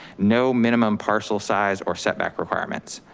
no minimum parcel size or setback requirements.